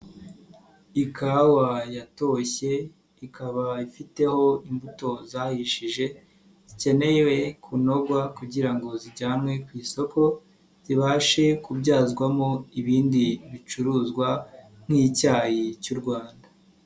Ikawa yatoshye ikaba ifiteho imbuto zahishije zikeneye kunogwa kugira ngo zijyanwe ku isoko zibashe kubyazwamo ibindi bicuruzwa nk'icyayi cy'u Rwanda.